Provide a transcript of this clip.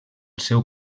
seu